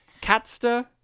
Catster